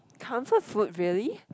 comfort food really